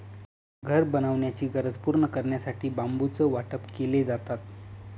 घर बनवण्याची गरज पूर्ण करण्यासाठी बांबूचं वाटप केले जातात